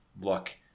look